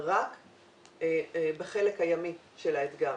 רק בחלק הימי של האתגר,